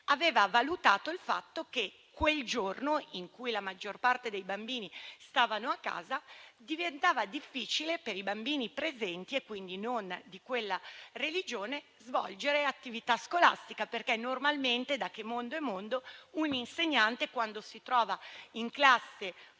aveva valutato il fatto che quel giorno, in cui la maggior parte dei bambini era a casa, diventava difficile per i bambini presenti (e quindi non di quella religione) svolgere attività scolastica. Infatti, normalmente, da che mondo è mondo, un insegnante, quando si trova in classe meno